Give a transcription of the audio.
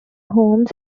homes